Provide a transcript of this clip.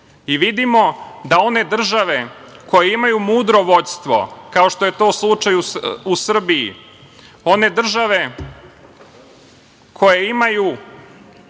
da one države koje imaju mudro vođstvo, kao što je to slučaj u Srbiji, one države koje imaju